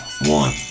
one